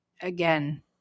again